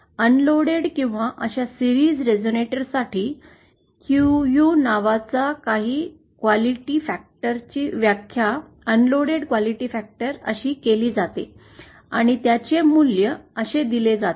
unloaded किंवा अशा series resonator साठी QU नावाच्या काही क्वालिटी फॅक्टर्स ची व्याख्या अनलोडेड क्वालिटी फॅक्टर अशी केली जाते आणि त्याचे मूल्य असे दिले जाते